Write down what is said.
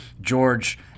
George